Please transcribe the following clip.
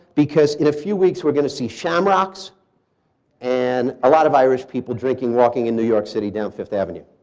because in a few weeks were going to see shamrocks and a lot of irish people drinking walking in new york city down fifth avenue.